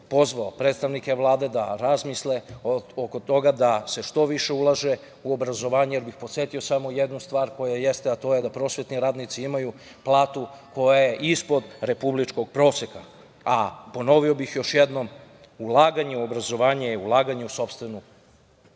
pozvao bih predstavnike Vlade da razmisle oko toga da se što više ulaže u obrazovanje. Podsetio bih samo na jednu stvar, a to je da prosvetni radnici imaju platu koja je ispod republičkog proseka. Ponovio bih još jednom, ulaganje u obrazovanje je ulaganje u sopstvenu